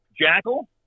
Jackal